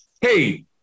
hey